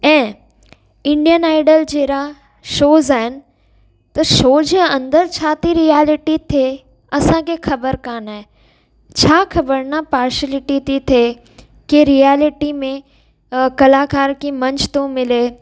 ऐं Indian idol जहिड़ा shows आहिनि त शो जे अंदरि छा थी रिआलिटी थिए असांखे ख़बर कोन्ह आहे छा ख़बर न पार्शलिटी थी थिए के रिआलिटि में कलाकार खे मंच थो मिले